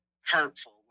hurtful